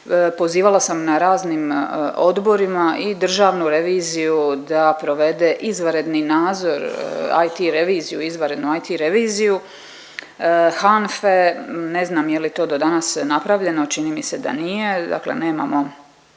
Pozivala sam na raznim odborima i državnu reviziju da provede izvanredni nadzor IT reviziju, izvanrednu IT reviziju, HANFA je ne znam je li to do danas napravljeno, čini mi se da nije, dakle nemamo